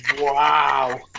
Wow